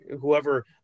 whoever